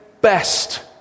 best